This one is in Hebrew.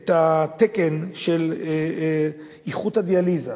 את התקן של איכות הדיאליזה